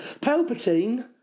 Palpatine